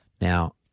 Now